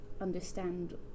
understand